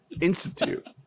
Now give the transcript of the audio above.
institute